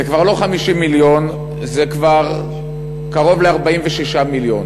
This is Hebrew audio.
זה כבר לא 50 מיליון, זה כבר קרוב ל-46 מיליון.